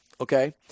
okay